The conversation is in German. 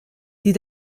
die